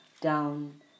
down